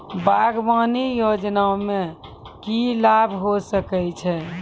बागवानी योजना मे की लाभ होय सके छै?